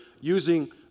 using